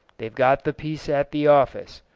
they've got the piece at the office,